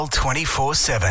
24-7